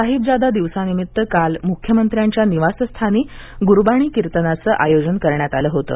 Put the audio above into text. साहिबजादा दिवसानिमित्त काल मुख्यमंत्र्यांच्या निवासस्थानी गुरबाणी कीर्तनाचं आयोजन करण्यात आलं होतं